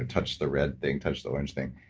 ah touch the red thing, touch the orange thing.